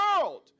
world